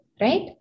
right